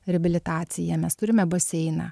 reabilitaciją mes turime baseiną